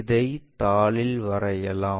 இதை தாளில் வரையலாம்